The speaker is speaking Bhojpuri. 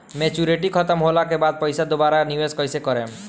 मेचूरिटि खतम होला के बाद पईसा दोबारा निवेश कइसे करेम?